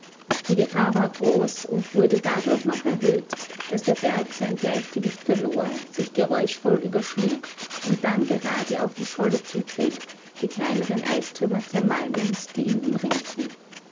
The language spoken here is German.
die gefahr war groß und wurde dadurch noch erhöht daß der berg sein gleichgewicht verlor sich geräuschvoll überschlug und dann gerade auf die scholle zutrieb die kleineren eistrümmer zermalmend die ihn umringten